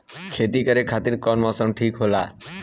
खेती करे खातिर कौन मौसम ठीक होला?